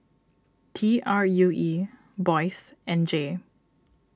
T R U E Boyce and Jay